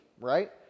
right